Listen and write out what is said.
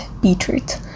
beetroot